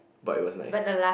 but it was nice